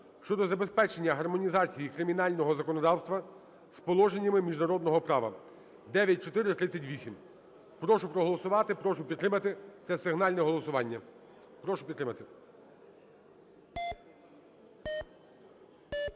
щодо забезпечення гармонізації кримінального законодавства з положеннями міжнародного права (9438). Прошу проголосувати, прошу підтримати. Це сигнальне голосування. Прошу підтримати. У